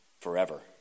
forever